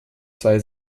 zwei